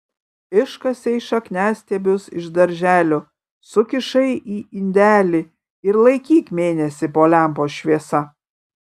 iškasei šakniastiebius iš darželio sukišai į indelį ir laikyk mėnesį po lempos šviesa